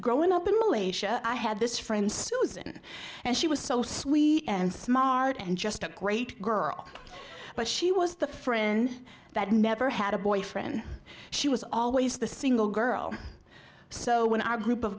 growing up in malaysia i had this friend susan and she was so sweet and smart and just a great girl but she was the friend that never had a boyfriend she was always the single girl so when our group of